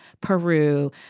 Peru